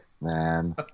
man